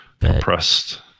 Compressed